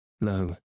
Lo